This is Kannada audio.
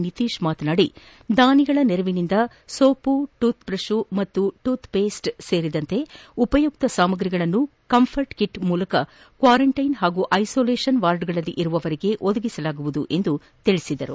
ನಿತೀಶ್ ಮಾತನಾಡಿ ದಾನಿಗಳ ನೆರವಿನಿಂದ ಸೋಪು ಟೂತ್ ಬ್ರಷ್ ಮತ್ತು ಪೇಸ್ಟ್ ಸೇರಿದಂತೆ ಉಪಯುಕ್ತ ಸಾಮಗ್ರಗಳನ್ನು ಕಂಫರ್ಟ್ ಕಿಟ್ ಮೂಲಕ ಕ್ವಾರೆಂಟ್ಟಿನ್ ಹಾಗೂ ಐಸೋಲೇಷನ್ ವಾರ್ಡ್ನಲ್ಲಿರುವವರಿಗೆ ಒದಗಿಸಲಾಗುವುದು ಎಂದು ತಿಳಿಸಿದರು